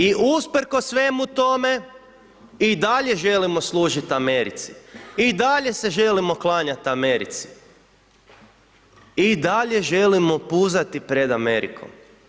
I usprkos svemu tome i dalje želimo služiti Americi i dalje se želimo klanjati Americi i dalje želimo puzati pred Amerikom.